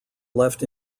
left